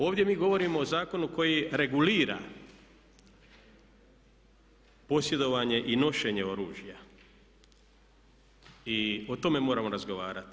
Ovdje mi govorimo o zakonu koji regulira posjedovanje i nošenje oružja i o tome moramo razgovarati.